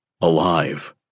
alive